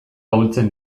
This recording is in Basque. ahultzen